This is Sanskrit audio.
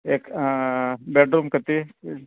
ए बेडरूम् कति